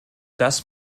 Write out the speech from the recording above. das